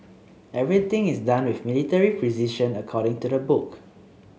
everything is done with military precision according to the book